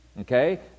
okay